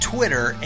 Twitter